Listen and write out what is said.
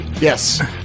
Yes